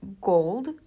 gold